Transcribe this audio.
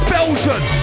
Belgian